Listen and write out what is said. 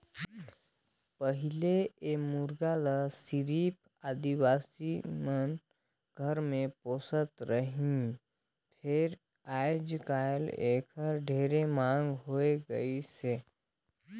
पहिले ए मुरगा ल सिरिफ आदिवासी मन घर मे पोसत रहिन फेर आयज कायल एखर ढेरे मांग होय गइसे